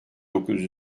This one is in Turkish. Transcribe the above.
dokuz